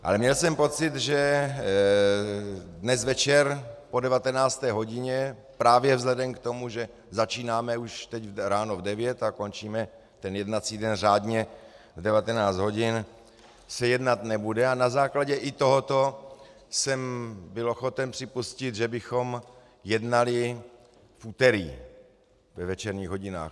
Ale měl jsem pocit, že dnes večer po 19. hodině právě vzhledem k tomu, že začínáme už teď ráno v devět a končíme jednací den řádně v 19 hodin, se jednat nebude, a na základě i tohoto jsem byl ochoten připustit, že bychom jednali v úterý ve večerních hodinách.